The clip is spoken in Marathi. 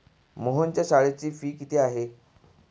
मोहनच्या शाळेची फी किती आहे?